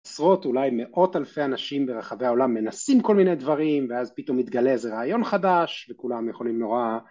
עשרות אולי מאות אלפי אנשים ברחבי העולם מנסים כל מיני דברים, ואז פתאום מתגלה איזה רעיון חדש, וכולם יכולים נורא..